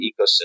ecosystem